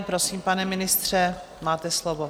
Prosím, pane ministře, máte slovo.